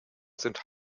sind